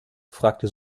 fragte